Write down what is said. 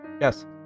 Yes